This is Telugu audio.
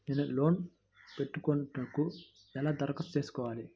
నేను లోన్ పెట్టుకొనుటకు ఎలా దరఖాస్తు చేసుకోవాలి?